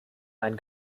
ein